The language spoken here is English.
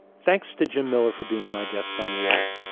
thanks to jim miller for being my guest on the oath.